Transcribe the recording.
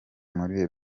muri